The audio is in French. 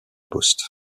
poste